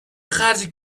خرج